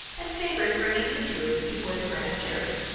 and favored bringing the druids before the grand jury.